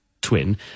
twin